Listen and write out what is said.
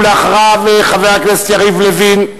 ואחריו, חבר הכנסת יריב לוין.